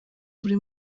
buri